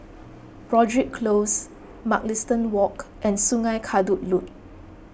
Broadrick Close Mugliston Walk and Sungei Kadut Loop